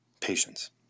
Patience